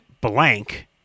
blank